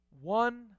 one